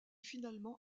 finalement